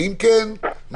ואם כן,